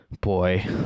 boy